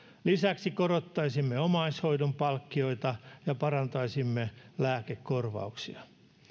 lisäksi korottaisimme omaishoidon palkkiota ja parantaisimme lääkekorvauksia